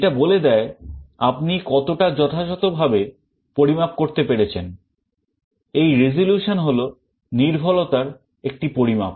এটা বলে দেয় আপনি কতটা যথাযথভাবে পরিমাপ করতে পেরেছেন এই resolution হল নির্ভুলতার একটি পরিমাপ